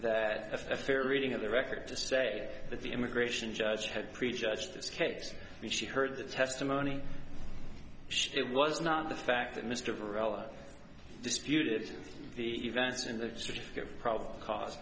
that a fair reading of the record to say that the immigration judge had prejudged escapes me she heard the testimony it was not the fact that mr vella disputed the event